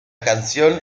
canción